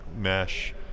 mesh